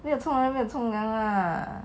没有冲凉就没有冲凉啦